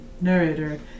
narrator